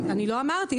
אני לא אמרתי.